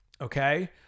okay